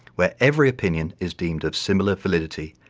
where every opinion is deemed of similar validity,